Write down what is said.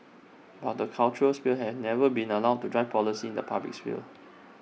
but the cultural sphere have never been allowed to drive policy in the public sphere